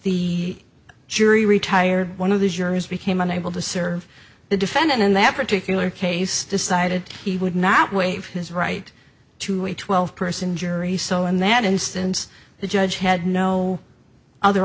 the jury retired one of the jurors became unable to serve the defendant in that particular case decided he would not waive his right to a twelve person jury so in that instance the judge had no other